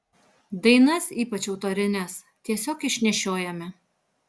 dainas ypač autorines tiesiog išnešiojame